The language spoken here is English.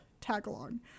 tag-along